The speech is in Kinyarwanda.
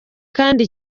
kandi